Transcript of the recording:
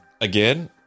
again